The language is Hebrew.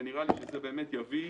ונראה לי שזה באמת יביא